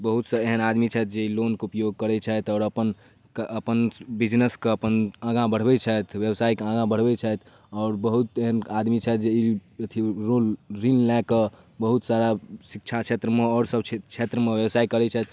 बहुत सा एहन आदमी छथि जे लोनके उपयोग करै छथि आओर अपन अपन बिजनेसके अपन आगाँ बढ़बै छथि व्यवसायके आगाँ बढ़बै छथि आओर बहुत एहन आदमी छथि जे ई अथी लोन ऋण लऽ कऽ बहुत सारा शिक्षा छेत्रमे आओर सब क्षेत्र मे व्यवसाय करै छथि